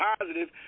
positive